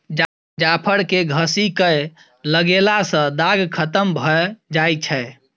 जाफर केँ घसि कय लगएला सँ दाग खतम भए जाई छै